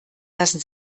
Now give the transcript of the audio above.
lassen